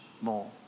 more